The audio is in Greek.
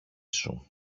σου